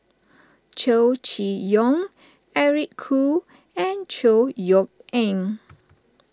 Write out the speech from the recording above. Chow Chee Yong Eric Khoo and Chor Yeok Eng